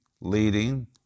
leading